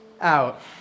out